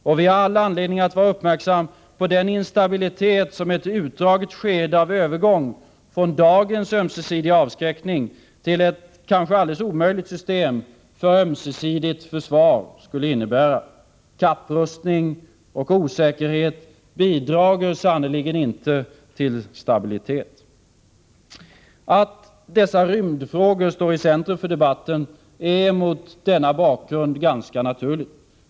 Och vi har all anledning att vara uppmärksamma på den instabilitet som ett utdraget skede av övergång från dagens ömsesidiga avskräckning till ett kanske alldeles omöjligt system för ömsesidigt försvar skulle innebära. Kapprustning och osäkerhet bidrager sannerligen inte till stabilitet. Att dessa rymdfrågor står i centrum för debatten är mot denna bakgrund ganska naturligt.